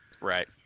Right